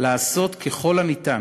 לעשות ככל הניתן